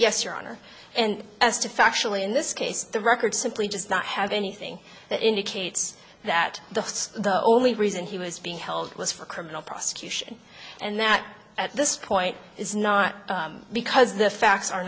yes your honor and as to factually in this case the record simply does not have anything that indicates that the the only reason he was being held was for criminal prosecution and that at this point is not because the facts